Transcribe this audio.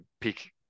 peak